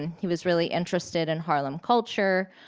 and he was really interested in harlem culture.